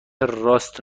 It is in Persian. راست